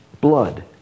blood